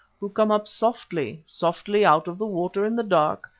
who come up softly, softly out of the water in the dark,